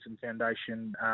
Foundation